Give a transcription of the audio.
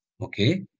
okay